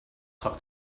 talk